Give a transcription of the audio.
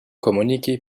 komuniki